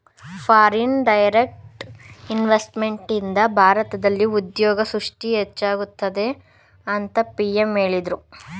foreign direct ಇನ್ವೆಸ್ತ್ಮೆಂಟ್ನಿಂದ ಭಾರತದಲ್ಲಿ ಉದ್ಯೋಗ ಸೃಷ್ಟಿ ಹೆಚ್ಚಾಗುತ್ತದೆ ಅಂತ ಪಿ.ಎಂ ಹೇಳಿದ್ರು